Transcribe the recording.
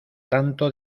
tanto